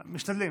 משתדלים.